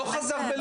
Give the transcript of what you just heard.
לא חזר בלופ.